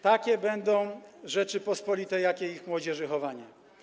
Takie będą Rzeczypospolite, jakie ich młodzieży chowanie”